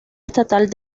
estatal